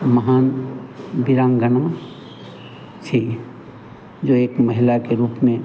महान वीरांगना थी जो एक महिला के रूप में